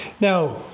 now